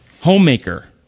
Homemaker